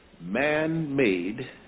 man-made